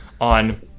on